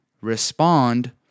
Respond